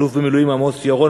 אלוף במילואים עמוס ירון,